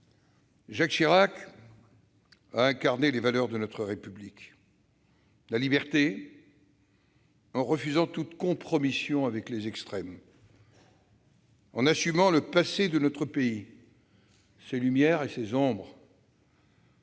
Jacques Chirac a incarné les valeurs de notre République. La liberté, d'abord, en refusant toute compromission avec les extrêmes et en assumant le passé de notre pays, ses lumières et ses ombres